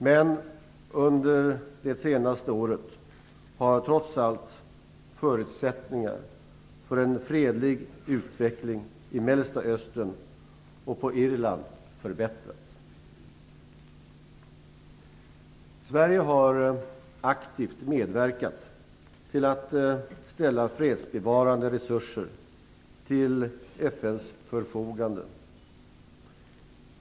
Men under det senaste året har trots allt förutsättningarna för en fredlig utveckling i Mellersta Östern och på Irland förbättrats. Sverige har aktivt medverkat till att ställa fredsbevarande resurser till FN:s förfogande.